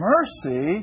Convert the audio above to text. Mercy